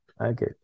Okay